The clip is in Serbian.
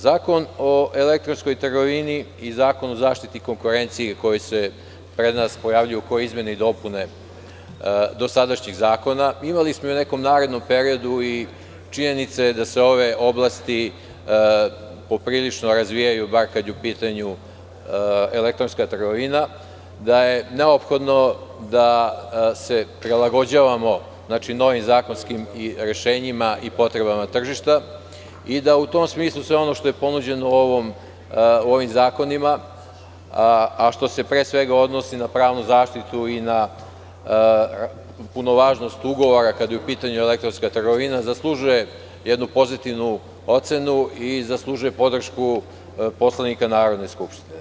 Zakon o elektronskoj trgovini i Zakon o zaštiti konkurenciji, koji se pred nas pojavljuju kao izmene i dopune dosadašnjeg zakona, imali smo i u nekom narednom i činjenica je da se ove oblasti poprilično razvijaju, bar kada je u pitanju elektronska trgovina, da je neophodno da se prilagođavamo novim zakonskim rešenjima i potrebama tržišta i da u tom smislu, sve ono što je ponuđeno ovim zakonima, a što se pre svega odnosi na pravnu zaštitu i na punovažnost ugovora kada je u pitanju elektronska trgovina, zaslužuje jednu pozitivnu ocenu i zaslužuje podršku poslanika Narodne skupštine.